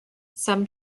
some